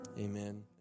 amen